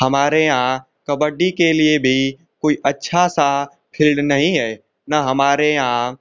हमारे यहाँ कबड्डी के लिए भी कोई अच्छा सा फील्ड नहीं है न हमारे यहाँ